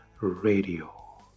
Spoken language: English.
radio